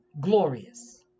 Glorious